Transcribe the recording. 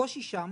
הקושי שם